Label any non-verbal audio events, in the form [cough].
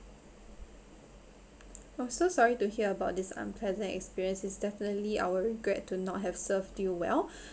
oh so sorry to hear about this unpleasant experience is definitely our regret to not have served you well [breath]